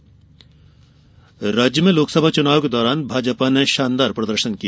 चुनाव विश्लेषण राज्य में लोकसभा चुनाव के दौरान भाजपा ने शानदार प्रदर्शन किया